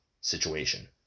situation